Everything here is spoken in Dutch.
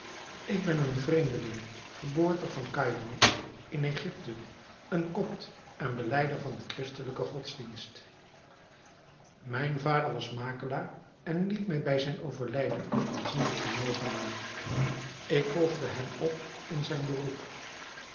ik ben een vreemdeling geboortig van caïro in egypte een copt en belijder van de christelijke godsdienst mijn vader was makelaar en liet mij bij zijn overlijden een aanzienlijk vermogen na ik volgde hem op in zijn beroep